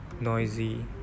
noisy